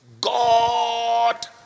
God